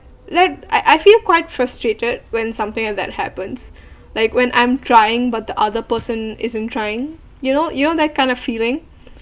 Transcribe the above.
like I I feel quite frustrated when something like that happens like when I'm trying but the other person isn't trying you know you know that kind of feeling